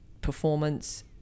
performance